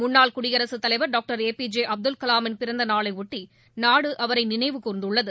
முன்னாள் குடியரசுத் தலைவர் doctor A P J Abdul கலாமின் பிறந்த நாளையொட்டி நாடு அவரை நினைவுகூர்ந்துள்ளது